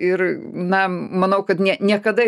ir na manau kad niekada